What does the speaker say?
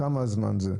כמה זמן זה?